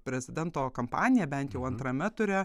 prezidento kampaniją bent jau antrame ture